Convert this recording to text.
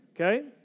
Okay